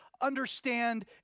understand